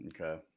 okay